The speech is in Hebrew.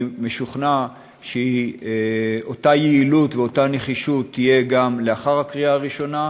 אני משוכנע שאותה יעילות ואותה נחישות יהיו גם לאחר הקריאה הראשונה,